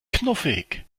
knuffig